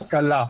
השכלה,